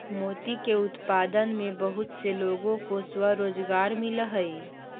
मोती के उत्पादन में बहुत से लोगों को स्वरोजगार मिलअ हई